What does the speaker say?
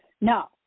No